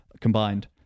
combined